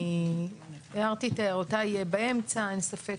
הערתי את הערותיי באמצע, אין ספק